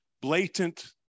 blatant